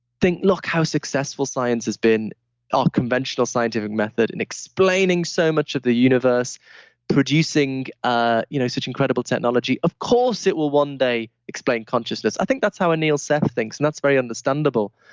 think, look how successful science has been our conventional scientific method in explaining so much of the universe producing ah you know such incredible technology. of course, it will one day explain consciousness. i think that's how anil seth thinks, and that's very understandable.